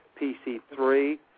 PC3